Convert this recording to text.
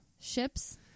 Ships